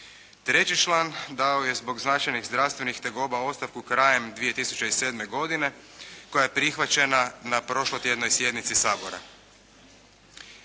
Treći član dao je zbog značajnih zdravstvenih tegoba ostavku krajem 2007. godine, koja je prihvaćena na prošlotjednoj sjednici Sabora.